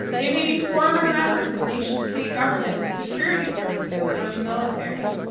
they may be former members of nation-state governments, security services, or the military.